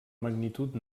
magnitud